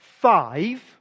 five